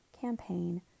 campaign